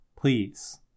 please